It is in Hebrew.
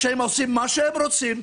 שהם עושים מה שהם רוצים.